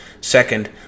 Second